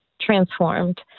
transformed